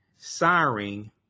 siring